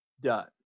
Done